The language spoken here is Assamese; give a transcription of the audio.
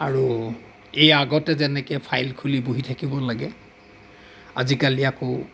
আৰু এই আগতে যেনেকৈ ফাইল খুলি বহি থাকিব লাগে আজিকালি আকৌ